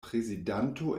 prezidanto